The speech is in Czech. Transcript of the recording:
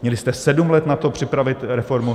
Měli jste sedm let na to připravit reformu.